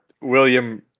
William